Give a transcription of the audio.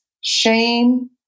Shame